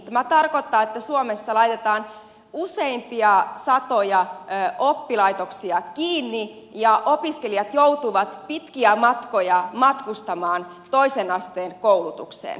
tämä tarkoittaa että suomessa laitetaan useampia satoja oppilaitoksia kiinni ja opiskelijat joutuvat pitkiä matkoja matkustamaan toisen asteen koulutukseen